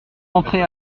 entrée